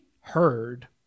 heard